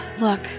look